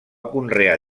conrear